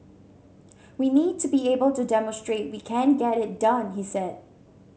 we need to be able to demonstrate we can get it done he said